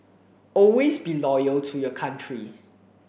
always be loyal to your country